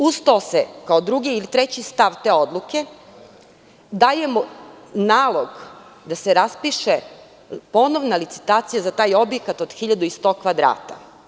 Uz to se kao drugi ili treći stav te odluke daje nalog da se raspiše ponovna licitacija za taj objekat od 1100 kvadrata.